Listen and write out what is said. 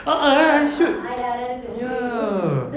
a'ah eh I should ya